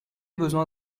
besoin